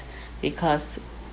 because